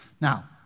Now